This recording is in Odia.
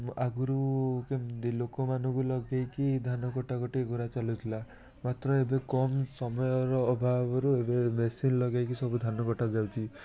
ଆଗରୁ କେମିତି ଲୋକମାନଙ୍କୁ ଲଗେଇକି ଧାନ କଟାକଟି ଏଗୁରା ଚାଲୁଥିଲା ମାତ୍ର ଏବେ କମ୍ ସମୟର ଅଭାବରୁ ଏବେ ମେସିନ୍ ଲଗେଇକି ସବୁ ଧାନକଟା ଚାଲିଛି